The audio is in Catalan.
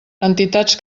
entitats